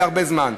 והרבה זמן.